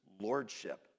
lordship